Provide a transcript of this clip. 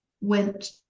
went